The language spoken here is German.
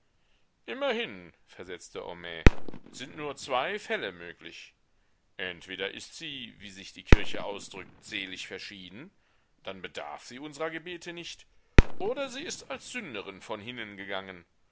immerhin versetzte homais sind nur zwei fälle möglich entweder ist sie wie sich die kirche ausdrückt selig verschieden dann bedarf sie unsrer gebete nicht oder sie ist als sünderin von hinnen gegangen